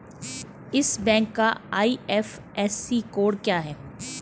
इस बैंक का IFSC code क्या है?